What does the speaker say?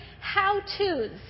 how-tos